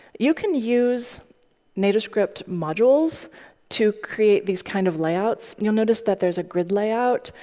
you can use nativescript modules to create these kind of layouts. you'll notice that there's a grid layout.